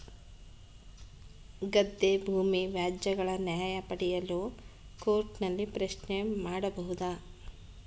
ಗದ್ದೆ ಭೂಮಿ ವ್ಯಾಜ್ಯಗಳ ನ್ಯಾಯ ಪಡೆಯಲು ಕೋರ್ಟ್ ನಲ್ಲಿ ಪ್ರಶ್ನೆ ಮಾಡಬಹುದಾ?